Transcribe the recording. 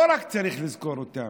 לא רק צריך לזכור אותם,